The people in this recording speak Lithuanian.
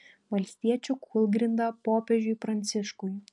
valstiečių kūlgrinda popiežiui pranciškui